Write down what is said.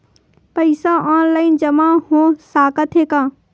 पईसा ऑनलाइन जमा हो साकत हे का?